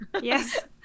Yes